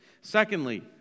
Secondly